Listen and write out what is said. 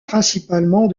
principalement